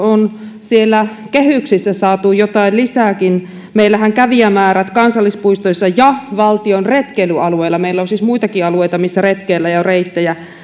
on siellä kehyksissä saatu jotain lisääkin meillähän kävijämäärät kansallispuistoissa ja valtion retkeilyalueilla meillä on siis muitakin alueita missä retkeillään ja on reittejä